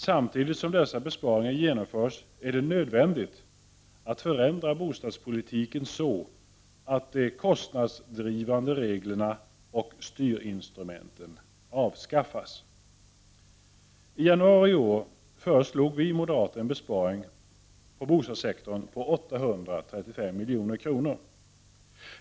Samtidigt som dessa besparingar genomförs är det nödvändigt att förändra bostadspolitiken så att de kostnadsdrivande reglerna och styrinstrumenten avskaffas. I januari i år föreslog vi moderater en besparing på bostadssektorn på 835 milj.kr.